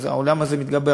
והעולם הזה מתגבר,